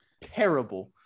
terrible